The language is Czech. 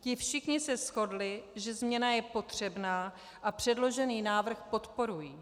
Ti všichni se shodli, že změna je potřebná, a předložený návrh podporují.